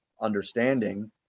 understanding